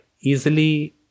easily